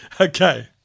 Okay